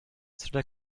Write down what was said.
cela